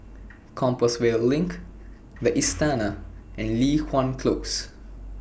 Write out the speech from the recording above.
Compassvale LINK The Istana and Li Hwan Close